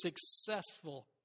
successful